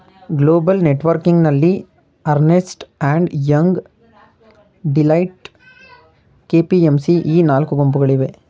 global ನೆಟ್ವರ್ಕಿಂಗ್ನಲ್ಲಿ Ernst and Young, Deloitte, KPMC ಈ ನಾಲ್ಕು ಗುಂಪುಗಳಿವೆ